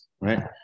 Right